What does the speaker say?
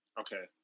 Okay